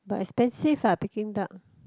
but expensive uh Peking-duck